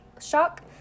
shock